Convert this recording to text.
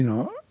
know,